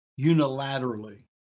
unilaterally